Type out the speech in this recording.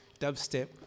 dubstep